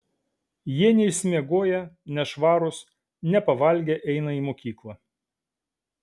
jie neišsimiegoję nešvarūs nepavalgę eina į mokyklą